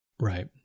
Right